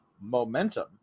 momentum